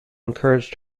encouraged